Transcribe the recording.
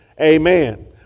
Amen